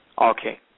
Okay